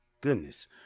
goodness